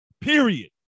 Period